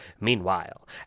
Meanwhile